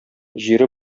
җире